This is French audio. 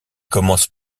commence